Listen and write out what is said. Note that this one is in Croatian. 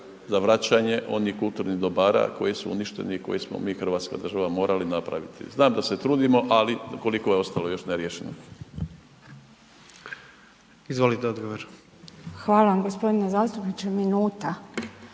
za vraćanje onih kulturnih dobara koji su uništeni i koji smo mi Hrvatska država morali napraviti? Znam da se trudimo, ali koliko je ostalo još neriješeno? **Jandroković, Gordan (HDZ)** Izvolite,